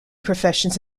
professions